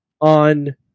on